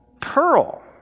pearl